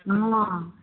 हँ